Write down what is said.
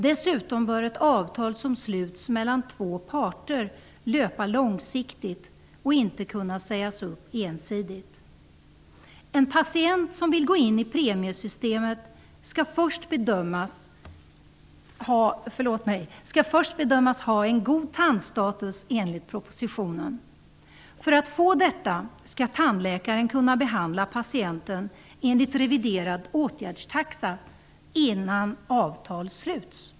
Dessutom bör ett avtal som sluts mellan två parter löpa långsiktigt och inte kunna sägas upp ensidigt. En patient som vill gå in i premiesystemet skall först bedömas ha en god tandstatus enligt propositionen. För att få detta skall tandläkaren kunna behandla patienten enligt reviderad åtgärdstaxa, innan avtal sluts.